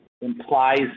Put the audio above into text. implies